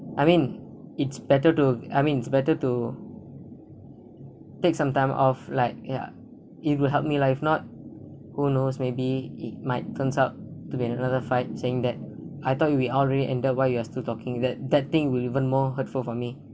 I mean it's better to I mean it's better to take some time off like yeah it will help me lah if not who knows maybe it might turns out to be an another fight saying that I thought we already ended why you are still talking that that thing will even more hurtful for me